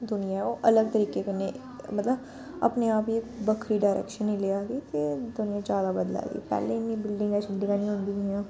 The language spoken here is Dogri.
दुनिया ऐ ओह् अलग तरीके कन्नै मतलब अपने आप गी इक बक्खरी ड्रकैशन गी लेआ दी ते दुनिया ज्यादा बदला दी पैह्लैं इन्नियां बिल्डिगां शिल्डिगां नि होदियां हियां